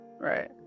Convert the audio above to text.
Right